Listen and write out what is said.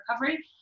recovery